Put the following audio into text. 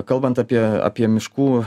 kalbant apie apie miškų